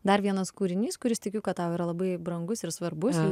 dar vienas kūrinys kuris tikiu kad tau yra labai brangus ir svarbus